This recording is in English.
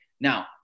Now